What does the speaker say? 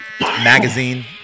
magazine